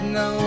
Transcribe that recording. no